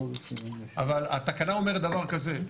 אבל התקנה אומרת דבר כזה,